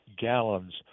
gallons